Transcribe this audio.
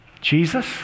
Jesus